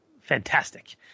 fantastic